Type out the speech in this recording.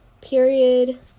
period